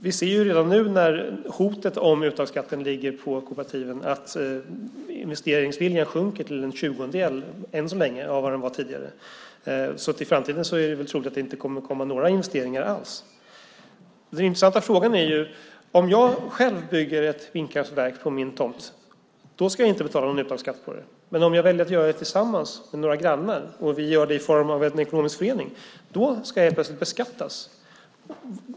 Vi ser redan nu när hotet om uttagsskatten ligger på kooperativen att investeringsviljan sjunker till en tjugondel, än så länge, av vad den var tidigare. Det är troligt att det i framtiden inte kommer att bli några investeringar alls. Det intressanta är att om jag själv bygger ett vindkraftverk på min tomt ska jag inte betala någon uttagsskatt, men om jag väljer att göra det tillsammans med några grannar och vi gör det i form av en ekonomisk förening ska jag helt plötsligt beskattas.